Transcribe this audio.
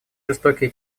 жестокие